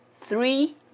Three